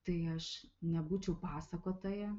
tai aš nebūčiau pasakotoja